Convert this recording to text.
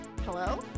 Hello